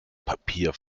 papier